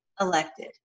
elected